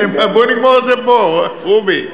בואו נגמור את זה פה, רובי.